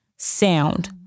sound